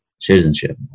citizenship